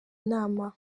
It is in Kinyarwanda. nama